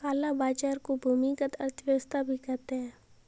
काला बाजार को भूमिगत अर्थव्यवस्था भी कहते हैं